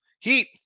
Heat